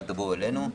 אל תבואו אלינו',